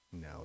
No